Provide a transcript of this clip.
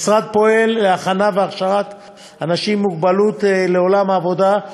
המשרד פועל להכנה ולהכשרה של אנשים עם מוגבלות לעולם העבודה,